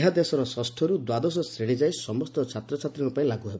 ଏହା ଦେଶର ଷଷ୍ଠରୁ ଦ୍ୱାଦଶ ଶ୍ରେଶୀ ଯାଏ ସମସ୍ତ ଛାତ୍ରଛାତ୍ରୀଙ୍କ ପାଇଁ ଲାଗ୍ର ହେବ